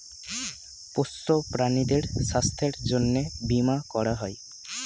পোষ্য প্রাণীদের স্বাস্থ্যের জন্যে বীমা করা হয়